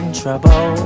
trouble